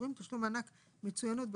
התשל"ו 1976. מחושב על פי עלות ביטוח דמי